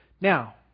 Now